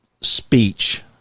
speech